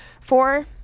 Four